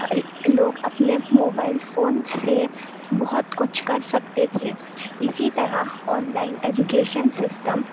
لوگ اپنے mobile phone سے بہت کچھ کر سکتے تھے اسی طرح آن لائن ایجوکیشن سسٹم